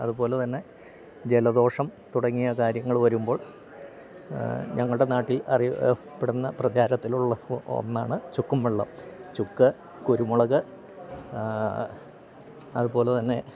അതുപോലെ തന്നെ ജലദോഷം തുടങ്ങിയ കാര്യങ്ങള് വരുമ്പോൾ ഞങ്ങളുടെ നാട്ടില് അറിയപ്പെടുന്ന പ്രചാരത്തിലുള്ള ഒന്നാണ് ചുക്കുംവെള്ളം ചുക്ക് കുരുമുളക് അതുപോലെതന്നെ